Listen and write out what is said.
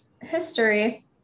history